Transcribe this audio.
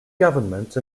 government